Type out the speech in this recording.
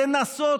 לנסות?